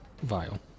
vial